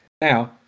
Now